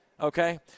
okay